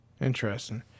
Interesting